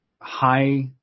high